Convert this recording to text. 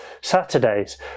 Saturdays